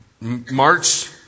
March